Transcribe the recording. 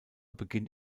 beginnt